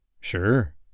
Sure